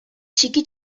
txiki